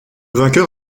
vainqueur